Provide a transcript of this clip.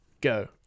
Go